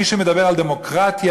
מי שמדבר על דמוקרטיה,